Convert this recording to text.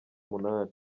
munani